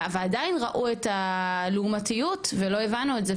ועדיין ראו את הלאומתיות, ולא הבנו את זה.